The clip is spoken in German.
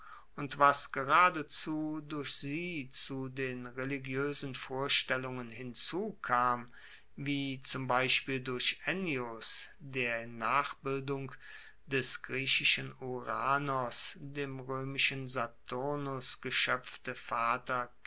und was geradezu durch sie zu den religioesen vorstellungen hinzukam wie zum beispiel durch ennius der in nachbildung des griechischen uranos dem roemischen saturnus geschoepfte vater